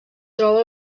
troba